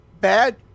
bad